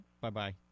Bye-bye